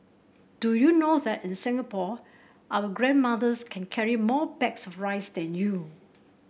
do you know that in Singapore our grandmothers can carry more bags of rice than you